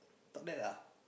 talk that ah